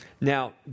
Now